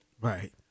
Right